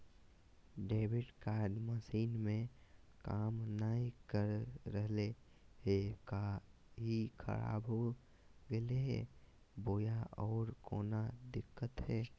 Debit card machine में काम नाय कर रहले है, का ई खराब हो गेलै है बोया औरों कोनो दिक्कत है?